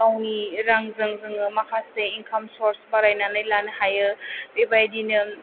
गावनि रांजों जोङो माखासे इनकाम सर्स बारायनानै लानो हायो बेबायदिनो